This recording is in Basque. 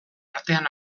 artean